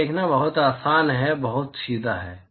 यह देखना बहुत आसान है बहुत सीधा है